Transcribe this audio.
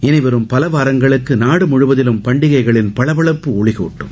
இளிவரும் பல வாரங்களுக்கு நாடுமுழுவதும் பண்டிகைகளின் பளபளப்பு ஒளிவூட்டட்டும்